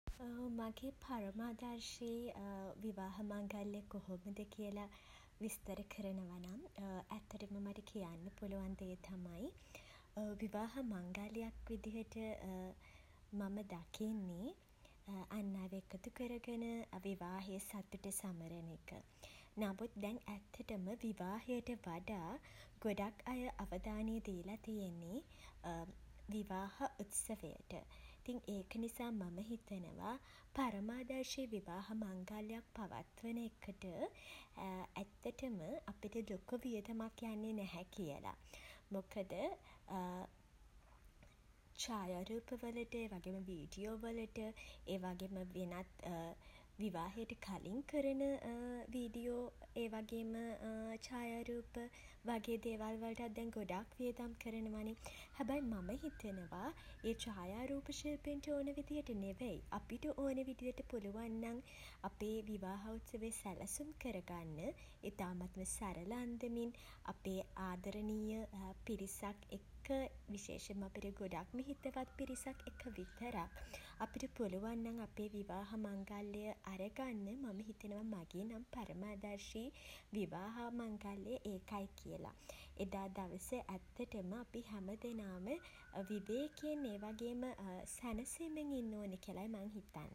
මගේ පරමාදර්ශී විවාහ මංගල්‍ය කොහොමද කියල විස්තර කරනවනම් ඇත්තටම මට කරන්න පුළුවන් දේ තමයි විවාහ මංගල්‍යයක් විදියට මම දකින්නේ අන් අයව එකතු කරගෙන විවාහයේ සතුට සමරන එක. නමුත් දැන් ඇත්තටම විවාහයට වඩා ගොඩක් අය අවධානය දීලා තියෙන්නෙ විවාහ උත්සවයට. ඉතින් ඒක නිසා මම හිතනවා පරමාදර්ශී විවාහ මංගල්‍යයක් පවත්වන එකට ඇත්තටම අපිට ලොකු වියදමක් යන්නේ නැහැ කියල. මොකද ඡායාරූපවලට ඒවගේම වීඩියෝවලට ඒ වගේම වෙනත් විවාහයට කලින් කරන වීඩියෝ ඒ වගේම ඡායාරූප වගේ දේවල් වලටත් දැන් ගොඩක් වියදම් කරනවනේ. හැබැයි මම හිතනවා ඒ ඡායාරූප ශිල්පීන්ට ඕන විදියට නෙවෙයි අපිට ඕන විදියට පුළුවන් නම් අපේ විවාහ උත්සවය සැලසුම් කරගන්න ඉතාමත්ම සරල අන්දමින් අපේ ආදරණීය පිරිසක් එක්ක විශේෂෙන්ම අපිට ගොඩක්ම හිතවත් පිරිසක් එක්ක විතරක් අපිට පුළුවන් අපේ විවාහ මංගල්‍ය අරගන්න මම හිතනවා මගේ නම් පරමාදර්ශී විවාහ මංගල්‍ය ඒකයි කියල. එදා දවස ඇත්තටම අපි හැම දෙනාම විවේකෙන් ඒවගේම සැනසීමෙන් ඉන්න ඕනේ කියලයි මම හිතන්නේ.